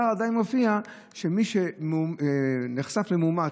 באתר עדיין מופיע שמי שנחשף למאומת,